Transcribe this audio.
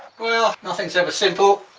well, nothing's ever simple